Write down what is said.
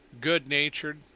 good-natured